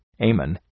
Amen